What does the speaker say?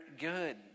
good